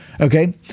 Okay